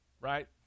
right